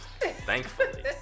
Thankfully